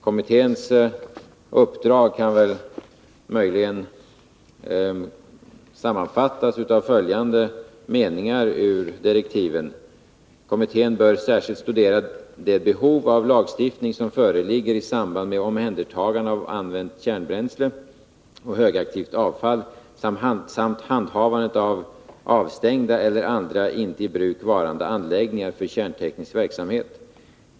Kommitténs uppdrag kan möjligen sammanfattas i följande meningar ur direktiven: ”Kommittén bör särskilt studera det behov av lagstiftning som föreligger i samband med omhändertagande av använt kärnbränsle och högaktivt avfall samt handhavandet av avstängda eller andra inte i bruk varande anläggningar för kärnteknisk verksamhet.